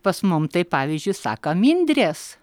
pas mum tai pavyzdžiui sako mindrės